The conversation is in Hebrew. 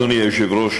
אדוני היושב-ראש,